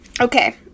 Okay